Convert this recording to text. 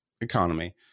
economy